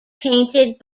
painted